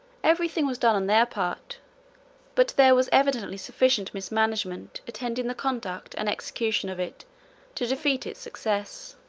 every thing was done on their part but there was evidently sufficient mismanagement attending the conduct and execution of it to defeat its success.